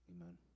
Amen